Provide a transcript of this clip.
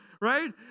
right